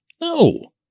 No